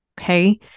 Okay